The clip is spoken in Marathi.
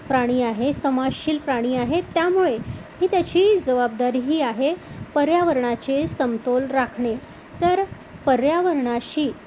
प्राणी आहे समाजशील प्राणी आहे त्यामुळे ही त्याची जबाबदारीही आहे पर्यावरणाचे समतोल राखणे तर पर्यावरणाशी